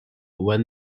when